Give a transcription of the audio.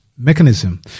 Mechanism